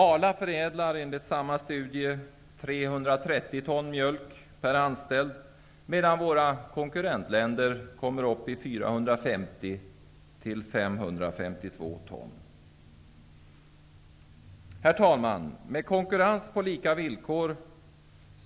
Arla förädlar enligt samma studie 330 ton mjölk per anställd, medan våra konkurrentländer kommer upp i 450-- Herr talman! Med konkurrens på lika villkor